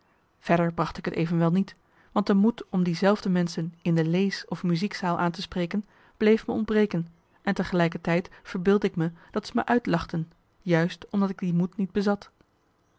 verder bracht ik het evenwel niet want de moed om diezelfde menschen in de lees of muziekzaal aan te spreken bleef me ontbreken en tegelijkertijd verbeeldde ik me dat ze mij uitlachten juist omdat ik die moed niet bezat